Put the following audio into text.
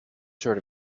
sort